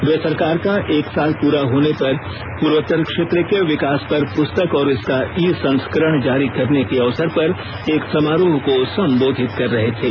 वे सरकार का एक साल पूरा होने पर पूर्वोत्तर क्षेत्र के विकास पर पुस्तक और इसका ई संस्करण जारी करने के अवसर पर एक समारोह को संबोधित कर रहे थे